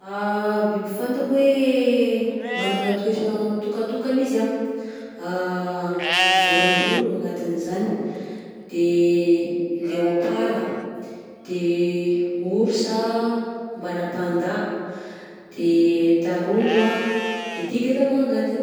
Biby fantako hoe managna teotra mitokantokana izy anh: vorondolo agnatin'izany de leopara, de orsa mbanà panda, de tarondro anh, de tigre koa agnatiny.